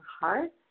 heart